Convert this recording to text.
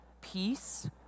peace